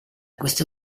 questo